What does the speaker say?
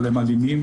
אבל הם אלימים,